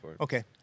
Okay